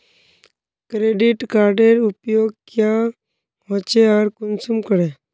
Credit कार्डेर उपयोग क्याँ होचे आर कुंसम करे?